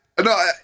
No